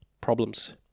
problems